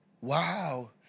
Wow